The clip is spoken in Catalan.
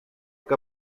que